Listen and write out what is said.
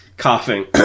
coughing